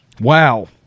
Wow